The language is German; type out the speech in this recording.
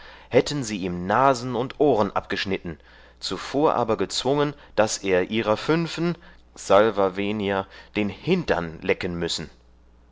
hätten sie ihm nasen und ohren abgeschnitten zuvor aber gezwungen daß er ihrer fünfen s v den hindern lecken müssen